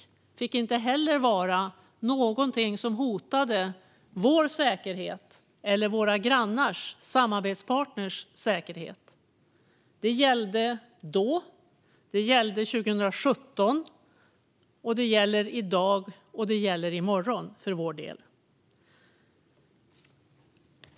Det fick inte heller vara någonting som hotade vår säkerhet eller våra grannars - våra samarbetspartners - säkerhet. Det gällde då, det gällde 2017, det gäller i dag och det gäller i morgon för vår del.